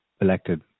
elected